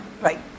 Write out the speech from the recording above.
Right